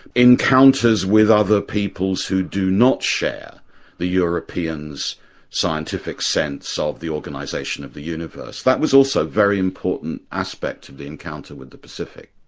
encounters with other peoples who do not share the europeans' scientific sense ah of the organisation of the universe. that was also a very important aspect of the encounter with the pacific.